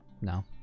No